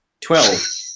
Twelve